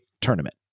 tournament